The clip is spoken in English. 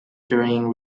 during